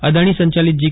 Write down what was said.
અદાણી સંચાલિત જી